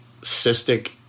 cystic